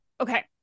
Okay